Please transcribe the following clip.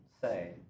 say